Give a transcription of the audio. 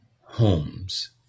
homes